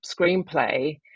screenplay